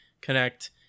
Connect